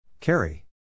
Carry